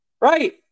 Right